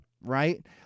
right